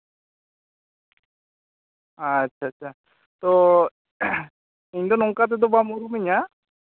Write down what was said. ᱟᱪᱪᱷᱟ ᱪᱷᱟ ᱪᱷᱟ ᱛᱚ ᱤᱧ ᱫᱚ ᱱᱚᱝᱠᱟ ᱛᱮᱫᱚ ᱵᱟᱢ ᱩᱨᱩᱢᱤᱧᱟᱹ